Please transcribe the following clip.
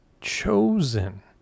chosen